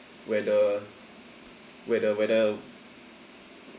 whether whether whether